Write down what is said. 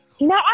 No